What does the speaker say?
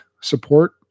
support